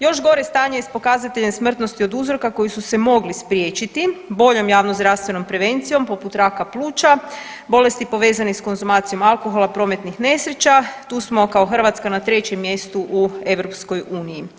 Još stanje je s pokazateljem smrtnosti od uzroka koji su se mogli spriječiti boljom javnozdravstvenom prevencijom poput raka pluća, bolesti povezane s konzumacijom alkohola, prometnih nesreća tu smo kao Hrvatska na 3 mjestu u EU.